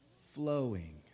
Flowing